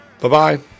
Bye-bye